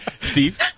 Steve